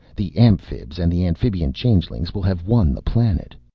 the amphibs and the amphibian-changelings will have won the planet.